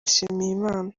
nshimiyimana